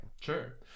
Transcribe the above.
Sure